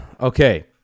Okay